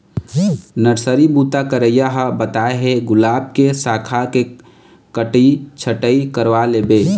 nursery बूता करइया ह बताय हे गुलाब के साखा के कटई छटई करवा लेबे